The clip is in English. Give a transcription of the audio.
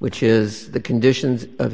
which is the conditions of